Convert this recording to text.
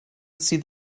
sydd